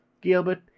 Gilbert